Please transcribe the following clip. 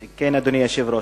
כן, אדוני היושב-ראש.